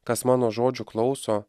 kas mano žodžių klauso